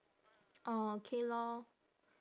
orh okay lor